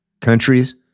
countries